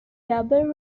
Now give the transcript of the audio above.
double